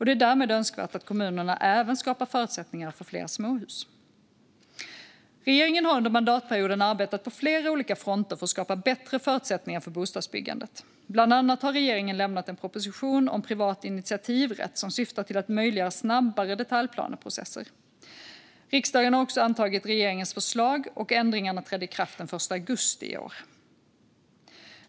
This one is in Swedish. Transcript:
Det är därmed önskvärt att kommunerna även skapar förutsättningar för fler småhus. Regeringen har under mandatperioden arbetat på flera fronter för att skapa bättre förutsättningar för bostadsbyggandet. Bland annat har regeringen lämnat en proposition om privat initiativrätt som syftar till att möjliggöra snabbare detaljplaneprocesser. Riksdagen har antagit regeringens förslag, och ändringarna trädde i kraft den 1 augusti i år.